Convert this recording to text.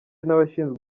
n’abashinzwe